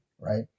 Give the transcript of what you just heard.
Right